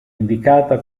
indicata